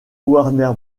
warner